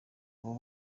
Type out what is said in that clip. abo